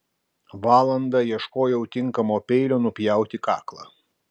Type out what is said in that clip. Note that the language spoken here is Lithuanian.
valandą ieškojau tinkamo peilio nupjauti kaklą